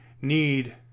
need